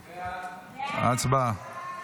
הצבעה.